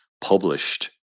published